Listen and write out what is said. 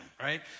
right